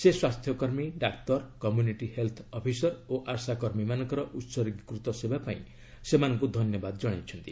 ସେ ସ୍ୱାସ୍ଥ୍ୟକର୍ମୀ ଡାକ୍ତର କମ୍ୟୁନିଟି ହେଲ୍ଥ୍ ଅଫିସର୍ ଓ ଆଶାକର୍ମୀମାନଙ୍କର ଉତ୍ଗୀକୃତ ସେବାପାଇଁ ସେମାନଙ୍କୁ ଧନ୍ୟବାଦ ଜଣାଇଛନ୍ତି